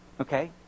Okay